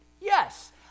Yes